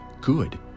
good